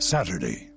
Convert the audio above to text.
Saturday